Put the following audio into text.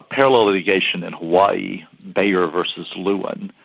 parallel litigation in hawaii, baehr versus lewin,